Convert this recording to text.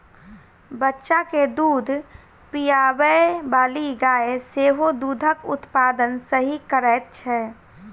बच्चा के दूध पिआबैबाली गाय सेहो दूधक उत्पादन सही करैत छै